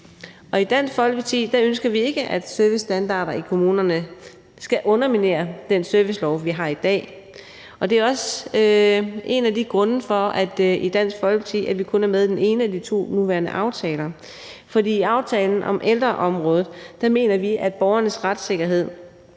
Og i Dansk Folkeparti ønsker vi ikke, at servicestandarder i kommunerne skal underminere den servicelov, vi har i dag, og det er også en af grundene til, at vi i Dansk Folkeparti kun er med i den ene af de to nuværende aftaler, for med aftalen om ældreområdet mener vi, at borgernes retssikkerhed